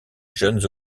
jeunes